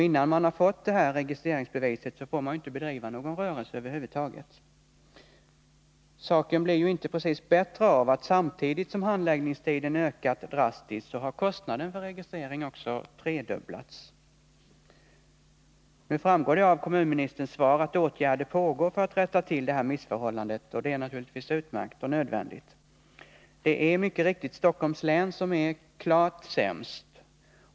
Innan man fått registreringsbeviset får man inte bedriva någon rörelse över huvud taget. Saken blir inte precis bättre av att samtidigt som handläggningstiden ökat drastiskt har kostnaden för registrering tredubblats. Nu framgår det av kommunministerns svar att åtgärder pågår för att rätta till missförhållandena. Det är naturligtvis utmärkt och nödvändigt. Det är mycket riktigt i Stockholms län som förhållandena är klart sämst.